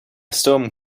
stoom